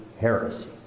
heresy